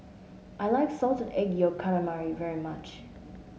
I like Salted Egg Yolk Calamari very much